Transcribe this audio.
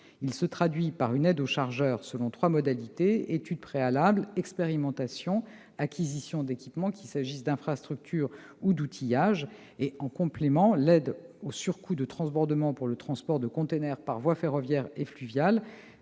Il se traduit par une aide aux chargeurs selon trois modalités : réalisation d'études préalables, expérimentation et acquisition d'équipements, qu'il s'agisse d'infrastructures ou d'outillage. En complément, le second dispositif est l'aide au surcoût de transbordement pour le transport de conteneurs par voie ferroviaire et fluviale,